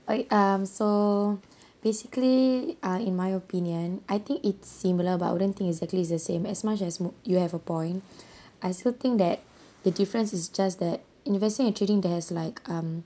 uh am so basically uh in my opinion I think it's similar but I wouldn't think exactly it's the same as much as m~ you have a point I still think that the difference is just that investing entreating that has like um